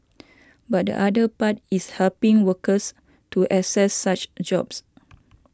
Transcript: but the other part is helping workers to access such jobs